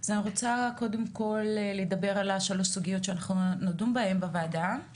אני רוצה קודם כל לדבר על השלוש סוגיות שאנחנו נדון בהן בוועדה.